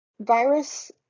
Virus